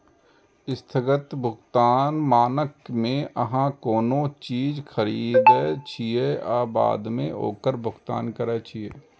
स्थगित भुगतान मानक मे अहां कोनो चीज खरीदै छियै आ बाद मे ओकर भुगतान करै छियै